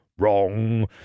Wrong